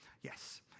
Yes